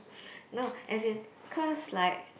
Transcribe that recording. no as in cause like